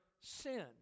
sin